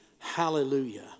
Hallelujah